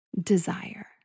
desire